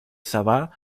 sabah